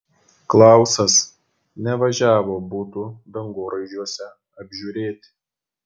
klausas nevažiavo butų dangoraižiuose apžiūrėti